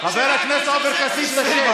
חבר הכנסת כסיף, תשב.